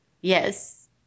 Yes